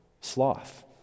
sloth